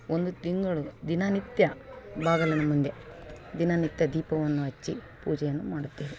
ಒಂದು ತಿಂಗಳು ದಿನನಿತ್ಯ ಬಾಗಿಲಿನ ಮುಂದೆ ದಿನನಿತ್ಯ ದೀಪವನ್ನು ಹಚ್ಚಿ ಪೂಜೆಯನ್ನು ಮಾಡುತ್ತೇವೆ